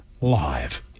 live